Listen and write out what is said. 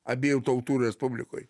abiejų tautų respublikoj